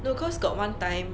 no cause got one time